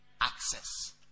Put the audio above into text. Access